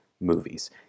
movies